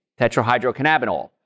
tetrahydrocannabinol